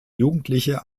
jugendliche